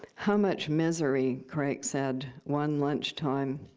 how much misery crake said, one lunchtime,